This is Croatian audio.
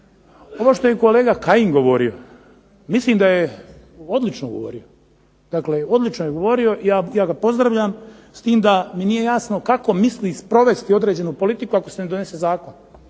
Ovo što je kolega Kajin govorio, mislim da je odlično govorio, ja ga pozdravljam. S tim da mi nije jasno kako misli provesti određenu politiku ako se ne donese zakon.